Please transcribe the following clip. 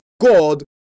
God